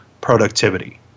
productivity